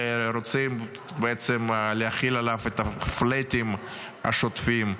שרוצים להחיל עליו את הפלאטים השוטפים,